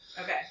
Okay